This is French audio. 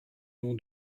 nom